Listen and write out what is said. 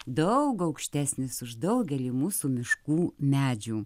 daug aukštesnis už daugelį mūsų miškų medžių